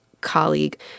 colleague